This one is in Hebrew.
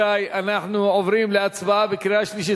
אם כן, רבותי, אנחנו עוברים להצבעה בקריאה שלישית.